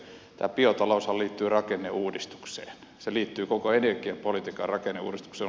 tämä biotaloushan liittyy rakenneuudistukseen se liittyy koko energiapolitiikan rakenneuudistukseen